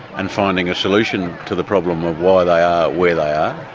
and finding a solution to the problem of why they are where they are,